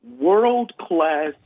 world-class